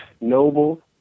noble